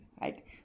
right